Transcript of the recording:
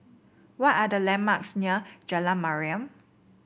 what are the landmarks near Jalan Mariam